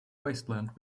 wasteland